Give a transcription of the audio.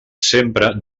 sempre